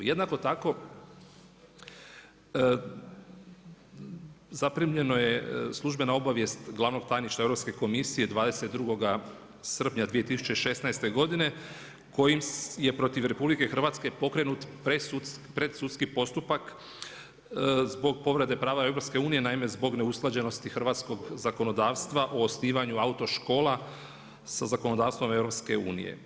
Jednako tako zaprimljeno je službena obavijest glavnog tajništva Europske komisije 22. srpnja 2016. kojim je protiv RH pokrenut pred sudski postupak zbog povrede prava EU, naime zbog neusklađenosti hrvatskog zakonodavstva o osnivanju autoškola sa zakonodavstvom EU.